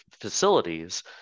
facilities